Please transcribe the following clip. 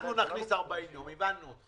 נכניס 40 יום, הבנו.